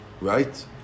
right